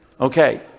Okay